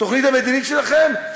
התוכנית המדינית שלכם,